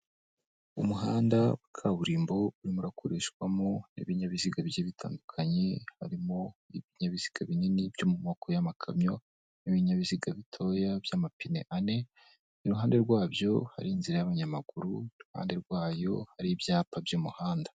Umuhanda wa kaburimbo urimo urakoreshwamo n'ibinyabiziga bigiye bitandukanye, harimo ibinyabiziga binini byo mu moko y'amakamyo, n'ibinyabiziga bitoya by'amapine ane, iruhande rwabyo hari inzira y'abanyamaguru, iruhande rwayo hari ibyapa by'umuhanda.